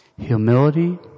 Humility